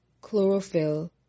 chlorophyll